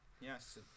Yes